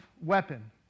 weapon